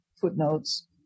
footnotes